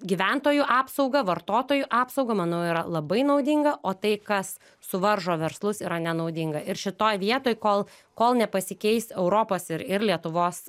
gyventojų apsaugą vartotojų apsaugą manau yra labai naudinga o tai kas suvaržo verslus yra nenaudinga ir šitoj vietoj kol kol nepasikeis europos ir ir lietuvos